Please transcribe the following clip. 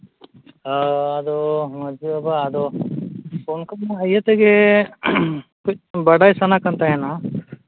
ᱟᱫᱚ ᱢᱟᱺᱡᱷᱤ ᱵᱟᱵᱟ ᱟᱫᱚ ᱚᱱᱠᱟ ᱢᱟ ᱤᱭᱟᱹ ᱛᱮᱜᱮ ᱠᱟᱹᱡ ᱵᱟᱰᱟᱭ ᱥᱟᱱᱟ ᱠᱟᱱ ᱛᱟᱦᱮᱱᱚᱜ